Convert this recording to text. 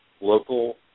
local